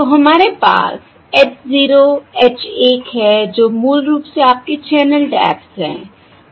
तो हमारे पास h h है जो मूल रूप से आपके चैनल टैप्स हैं